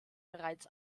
bereits